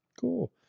Cool